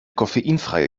koffeinfreie